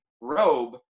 robe